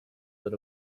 that